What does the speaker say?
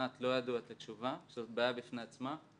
בדיקנט לא ידעו לתת תשובה, שזאת בעיה בפני עצמה.